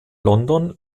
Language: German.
london